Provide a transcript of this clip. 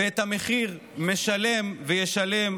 ואת המחיר משלם וישלם,